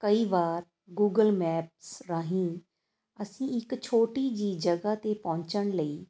ਕਈ ਵਾਰ Google maps ਰਾਹੀਂ ਅਸੀਂ ਇੱਕ ਛੋਟੀ ਜਿਹੀ ਜਗ੍ਹਾ 'ਤੇ ਪਹੁੰਚਣ ਲਈ